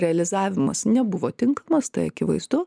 realizavimas nebuvo tinkamas tai akivaizdu